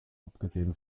abgesehen